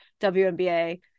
WNBA